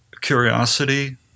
curiosity